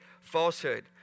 falsehood